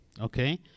okay